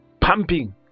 pumping